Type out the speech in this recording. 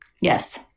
Yes